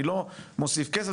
אני לא מוסיף כסף.